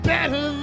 Better